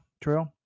trail